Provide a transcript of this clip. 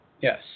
Yes